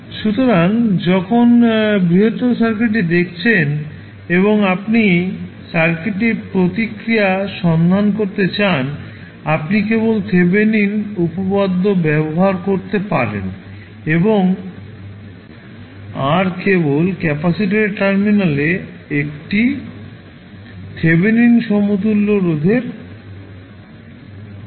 সুতরাং যখন বৃহত্তর সার্কিটটি দেখছেন এবং আপনি সার্কিটের প্রতিক্রিয়া সন্ধান করতে চান আপনি কেবল থেভেনিন উপপাদ্য ব্যবহার করতে পারেন এবং R কেবল ক্যাপাসিটরের টার্মিনালে একটি থেভেনিন সমতুল্য রোধের সমান হতে পারে